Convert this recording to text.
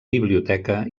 biblioteca